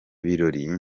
birori